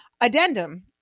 Addendum